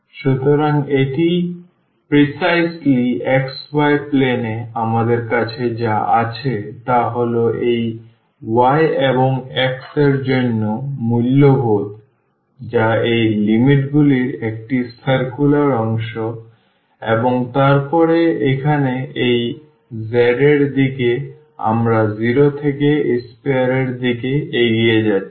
সুতরাং এটি অবিকল xy প্লেন এ আমাদের কাছে যা আছে তা হল এই y এবং x এর জন্য মূল্যবোধ যা এই লিমিটগুলির একটি circular অংশ এবং তারপরে এখানে এই z এর দিকে আমরা 0 থেকে sphere এর দিকে এগিয়ে যাচ্ছি